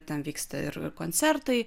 ten vyksta ir koncertai